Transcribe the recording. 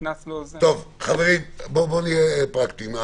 חברים, בואו נהיה פרקטיים.